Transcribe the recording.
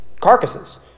carcasses